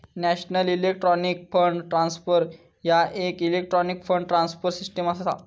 national electronic fund transfer ह्या येक electronic fund transfer system असा